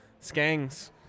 Skangs